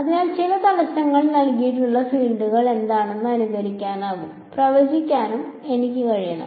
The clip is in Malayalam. അതിനാൽ ചില തടസ്സങ്ങൾ നൽകിയിട്ടുള്ള ഫീൽഡുകൾ എന്താണെന്ന് അനുകരിക്കാനും പ്രവചിക്കാനും എനിക്ക് കഴിയണം